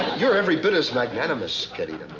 you're every bit as magnanimous, querida